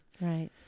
Right